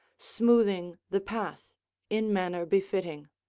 smoothing the path in manner befitting.